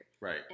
right